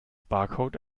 barcode